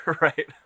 Right